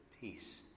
peace